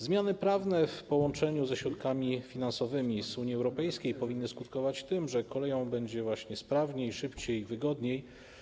Zmiany prawne w połączeniu ze środkami finansowymi z Unii Europejskiej powinny skutkować tym, że koleją będzie sprawniej, szybciej i wygodniej.